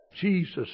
Jesus